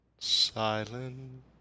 Silent